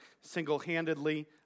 single-handedly